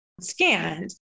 scanned